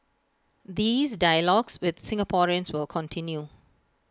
these dialogues with Singaporeans will continue